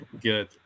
good